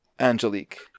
Angelique